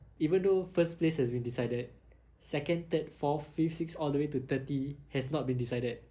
even though first place has been decided second third fourth fifth sixth all the way to thirty has not been decided